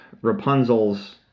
rapunzel's